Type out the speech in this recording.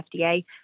FDA